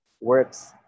works